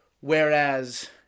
Whereas